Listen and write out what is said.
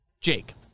Jake